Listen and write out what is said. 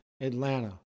Atlanta